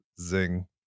Zing